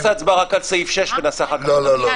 בוא נעשה הצבעה רק על סעיף 6. לא לא,